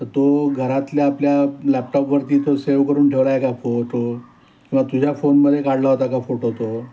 तर तो घरातल्या आपल्या लॅपटॉपवरती तो सेव्ह करून ठेवला आहे का फोटो किंवा तुझ्या फोनमध्ये काढला होता का फोटो तो